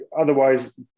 otherwise